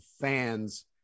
fans